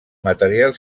material